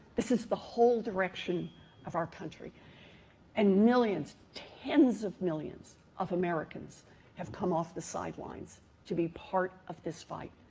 this is the whole direction of our country and millions tens of millions of americans have come off the sidelines to be part of this fight.